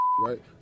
right